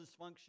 dysfunction